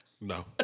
No